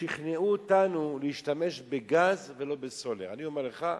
שכנעו אותנו להשתמש בגז ולא בסולר, אני אומר לך,